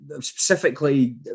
specifically